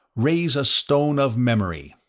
raise a stone of memory.